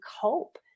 cope